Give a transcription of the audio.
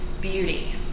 beauty